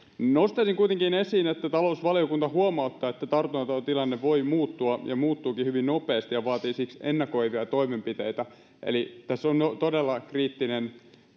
nostaisin kuitenkin esiin että talousvaliokunta huomauttaa että tartuntatautitilanne voi muuttua ja muuttuukin hyvin nopeasti ja vaatii siksi ennakoivia toimenpiteitä eli tässä on todella kriittinen